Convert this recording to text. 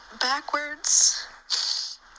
backwards